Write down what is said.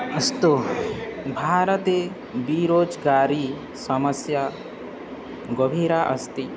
अस्तु भारते बीरोज्गारी समस्या गभीरा अस्ति